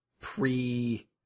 pre